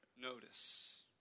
notice